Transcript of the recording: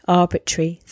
arbitrary